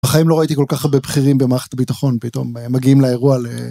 בחיים לא ראיתי כל כך הרבה בכירים במערכת הביטחון פתאום מגיעים לאירוע.